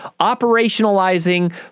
operationalizing